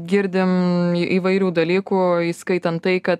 girdim įvairių dalykų įskaitant tai kad